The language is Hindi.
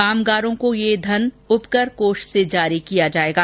कामगारों को यह धन उपकर कोष से जारी किया जायेगा